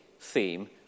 theme